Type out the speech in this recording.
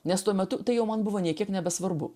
nes tuo metu tai jau man buvo nė kiek nebesvarbu